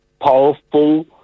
powerful